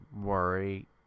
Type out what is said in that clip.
worry